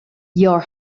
your